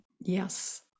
yes